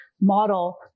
model